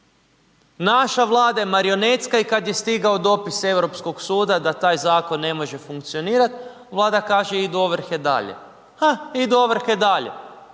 naša Vlada je marionetska i kad je stigao dopis Europskog suda da taj zakon ne može funkcionirat, Vlada kaže idu ovrhe dalje. Ha, idu ovrhe dalje.